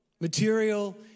material